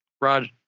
Rod